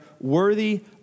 worthy